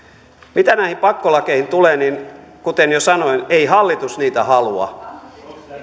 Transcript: mitä näihin pakkolakeihin tulee niin kuten jo sanoin ei hallitus niitä halua